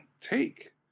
take